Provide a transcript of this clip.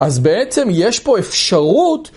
אז בעצם יש פה אפשרות.